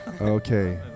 Okay